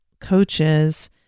coaches